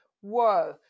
whoa